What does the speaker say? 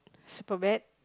spur vet